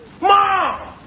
Mom